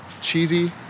cheesy